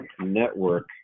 network